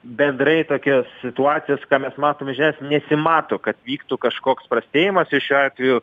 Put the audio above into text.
bendrai tokios situacijos ką mes matom nesimato kad vyktų kažkoks prastėjimas ir šiuo atveju